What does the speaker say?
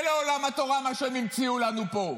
זה לא עולם התורה מה שהם המציאו לנו פה.